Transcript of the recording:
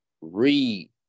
read